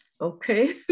okay